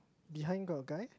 behind got a guy